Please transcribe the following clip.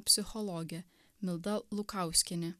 psichologė milda lukauskienė